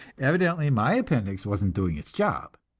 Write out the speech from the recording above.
evidently my appendix wasn't doing its job,